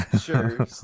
sure